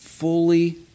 Fully